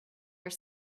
your